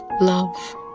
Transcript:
love